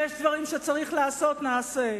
יש דברים שצריך לעשות, נעשה,